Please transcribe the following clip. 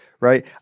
right